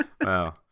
Wow